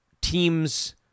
teams